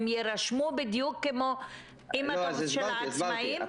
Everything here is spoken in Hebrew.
הם יירשמו בדיוק כמו --- של העצמאים?